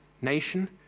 nation